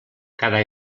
cada